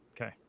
Okay